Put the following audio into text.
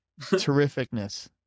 terrificness